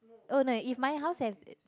oh no if my house have